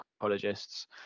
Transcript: psychologists